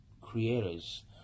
creators